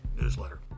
newsletter